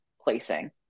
placing